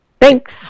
thanks